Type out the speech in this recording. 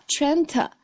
Trenta